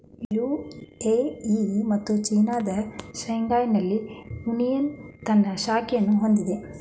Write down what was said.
UAE ಮತ್ತು ಚೀನಾದ ಶಾಂಘೈನಲ್ಲಿ ಯೂನಿಯನ್ ತನ್ನ ಶಾಖೆಯನ್ನು ಹೊಂದಿದೆ